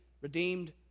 redeemed